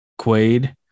Quaid